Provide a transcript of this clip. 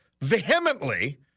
vehemently